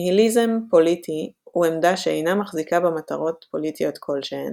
ניהיליזם פוליטי הוא עמדה שאינה מחזיקה במטרות פוליטיות כלשהן,